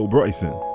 Bryson